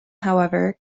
however